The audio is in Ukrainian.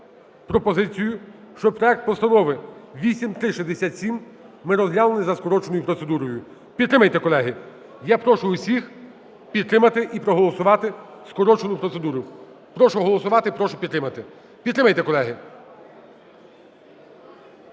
Прошу голосувати, прошу підтримати. Підтримайте, колеги.